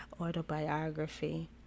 autobiography